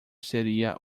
seria